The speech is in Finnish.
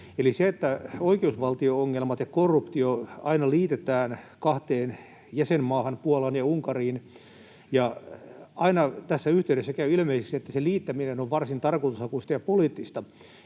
eli se, että oikeusvaltio-ongelmat ja korruptio aina liitetään kahteen jäsenmaahan, Puolaan ja Unkariin, ja aina tässä yhteydessä käy ilmeiseksi, että se liittäminen on varsin tarkoitushakuista ja poliittista.